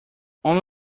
only